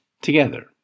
together